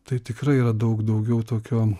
tai tikrai yra daug daugiau tokio